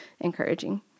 encouraging